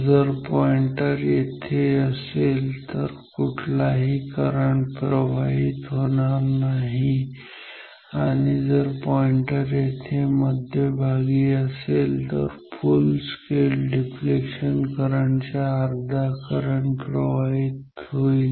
जर पॉईंटर येथे असेल तर कुठलाही करंट प्रवाहित होणार नाही आणि जर पॉईंटर येथे मध्यभागी असेल तर फुल स्केल डिफ्लेक्शन करंट च्या अर्धा करंट प्रवाहित होईल